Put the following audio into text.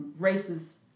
racist